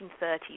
1930s